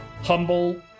humble